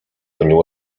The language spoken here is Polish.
gonił